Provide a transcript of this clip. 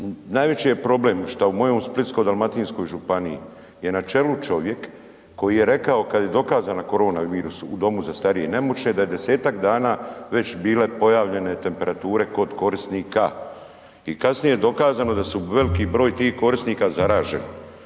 najveći je problem šta u mojoj Splitsko-dalmatinskoj županiji je na čelu čovjek koji je rekao kad je dokazana koronavirus u domu za starije i nemoćne da je 10-tak dana već bile pojavljene temperature kod korisnika i kasnije je dokazano da su veliki broj tih korisnika zaraženi.